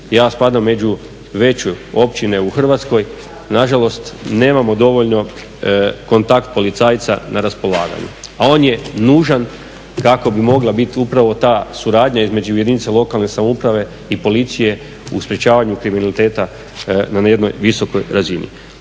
Ja spadam među veće općine u Hrvatskoj, nažalost nemamo dovoljno kontakt policajca na raspolaganju, a on je nužan kako bi mogla biti upravo ta suradnja između jedinice lokalne samouprave i policije u sprečavanju kriminaliteta na jednoj visokoj razini.